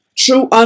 True